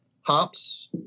hops